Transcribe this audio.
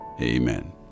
Amen